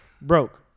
Broke